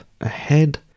ahead